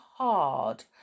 hard